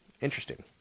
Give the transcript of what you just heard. Interesting